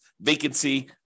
vacancy